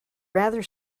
rather